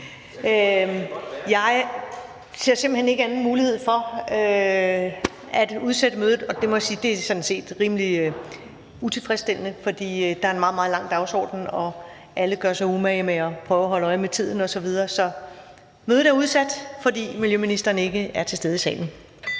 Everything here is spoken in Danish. Jeg ser simpelt hen ikke anden mulighed end at udsætte mødet, og det må jeg sådan set sige er rimelig utilfredsstillende, fordi der er en meget, meget lang dagsorden og alle gør sig umage med at prøve at holde øje med tiden osv. Så mødet er udsat, fordi miljøministeren ikke er til stede i salen.